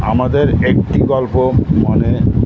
আমাদের একটি গল্প মনে